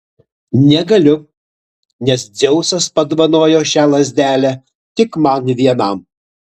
negaliu nes dzeusas padovanojo šią lazdelę tik man vienam